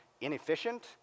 inefficient